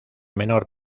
menor